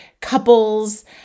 couples